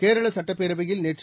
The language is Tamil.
கேரள சுட்டப்பேரவையில் நேற்று